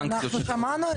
שמע,